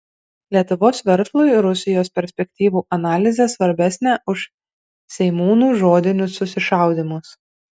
lietuvos verslui rusijos perspektyvų analizė svarbesnė už seimūnų žodinius susišaudymus